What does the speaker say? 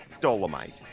dolomite